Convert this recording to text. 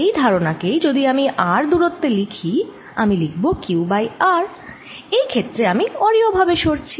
এই ধারণা কেই যদি আমি r দূরত্বে লিখি আমি লিখব q বাই r এই ক্ষেত্রে আমি অরীয় ভাবে সরছি